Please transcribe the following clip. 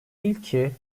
ilki